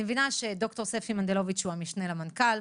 אני מבינה שד"ר ספי מנדלוביץ הוא המשנה למנכ"ל,